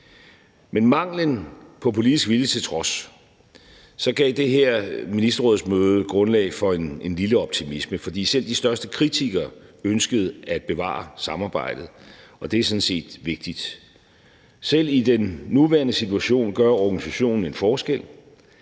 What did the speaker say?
Men manglen på politisk vilje til trods gav det her ministerrådsmøde grundlag for en lille optimisme, for selv de største kritikere ønskede at bevare samarbejdet, og det er sådan set vigtigt. Selv i den nuværende situation gør organisationen en forskel,